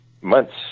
months